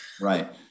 Right